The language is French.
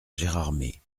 gérardmer